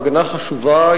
הפגנה חשובה,